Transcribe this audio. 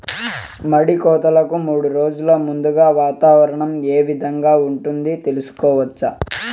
మడి కోతలకు మూడు రోజులు ముందుగా వాతావరణం ఏ విధంగా ఉంటుంది, తెలుసుకోవచ్చా?